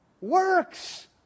Works